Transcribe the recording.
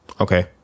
Okay